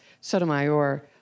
Sotomayor